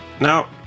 Now